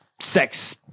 Sex